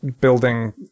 building